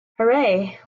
hooray